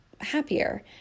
happier